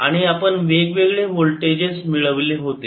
आणि आपण वेगवेगळे वोल्टेजेस मिळवले होते